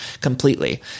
completely